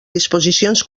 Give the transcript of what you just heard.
disposicions